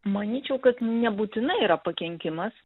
manyčiau kad nebūtinai yra pakenkimas